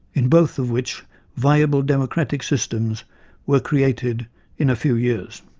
in both of which viable democratic systems were created in a few years.